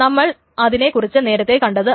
നമ്മൾ അതിനെ കുറിച്ച് നേരത്തെ കണ്ടതാണ്